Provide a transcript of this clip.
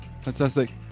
Fantastic